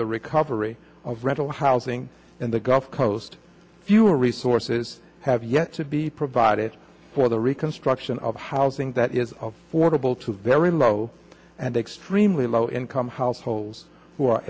the recovery of rental housing in the gulf coast fewer resources have yet to be provided for the reconstruction of housing that is of fordable to very low and extremely low income households